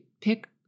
pick